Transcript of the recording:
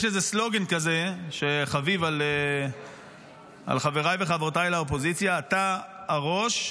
יש איזה סלוגן כזה שחביב על חבריי וחברותיי לאופוזיציה: אתה הראש,